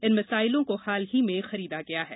इन मिसाइलों को हाल ही में खरीदा गया है